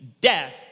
Death